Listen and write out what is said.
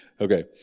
Okay